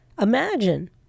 imagine